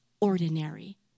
ordinary